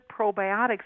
probiotics